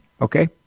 Okay